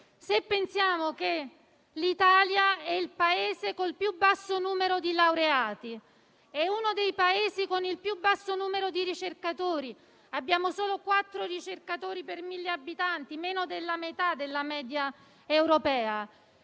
se pensiamo che l'Italia è il Paese col più basso numero di laureati ed è uno dei Paesi con il più basso numero di ricercatori: abbiamo solo quattro ricercatori per 1.000 abitanti, meno della metà della media europea.